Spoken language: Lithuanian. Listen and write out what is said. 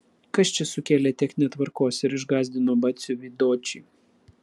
kas čia sukėlė tiek netvarkos ir išgąsdino batsiuvį dočį